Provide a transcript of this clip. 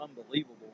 unbelievable